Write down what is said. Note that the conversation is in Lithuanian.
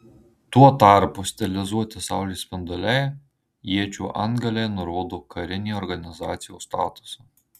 tuo tarpu stilizuoti saulės spinduliai iečių antgaliai nurodo karinį organizacijos statusą